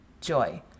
JOY